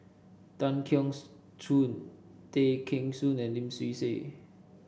Tan Keong Choon Tay Kheng Soon and Lim Swee Say